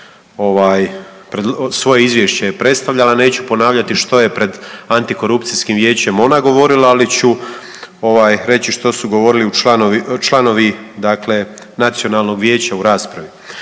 svoje Izvješće je predstavljala. Neću ponavljati što je pred Antikorupcijskim vijećem ona govorila, ali ću ovaj reći što su govorili članovi dakle Nacionalnog vijeća u raspravi.